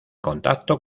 contacto